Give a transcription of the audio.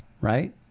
right